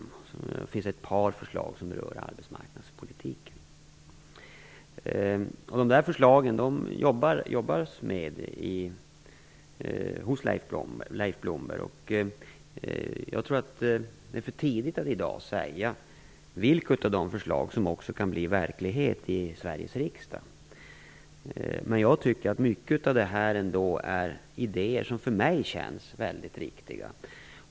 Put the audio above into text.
Det finns också ett par förslag som berör arbetsmarknadspolitiken. Dessa förslag jobbas det med hos Leif Blomberg. Jag tror att det är för tidigt att i dag säga vilka av förslagen som kan bli verklighet i Sveriges riksdag. Jag tycker ändå att mycket av det här är idéer som för mig känns väldigt riktiga.